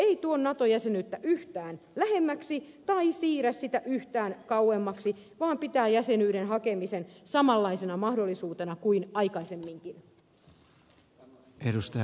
siten selonteko ei tuo nato jäsenyyttä yhtään lähemmäksi tai siirrä sitä yhtään kauemmaksi vaan pitää jäsenyyden hakemisen samanlaisena mahdollisuutena kuin aikaisemminkin